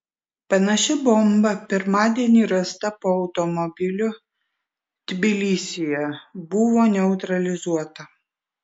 panaši bomba pirmadienį rasta po automobiliu tbilisyje buvo neutralizuota